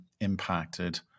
impacted